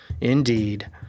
indeed